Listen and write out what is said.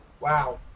Wow